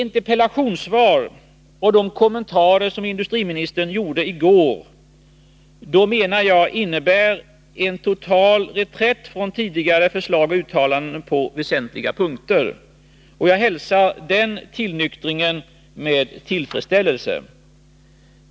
Interpellationssvaret och de kommentarer som industriministern gjorde i går menar jag på väsentliga punkter innebär en total reträtt från tidigare förslag och uttalanden. Jag hälsar den tillnyktringen med tillfredsställelse.